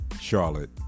Charlotte